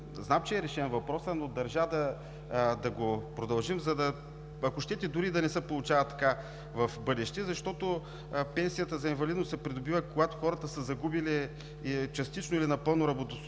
знам, че е решен въпросът, но държа да го продължим, ако щете дори и за да не се получава в бъдеще, защото пенсията за инвалидност се придобива, когато хората са загубили частично или напълно работоспособността